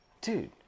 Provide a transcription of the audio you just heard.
dude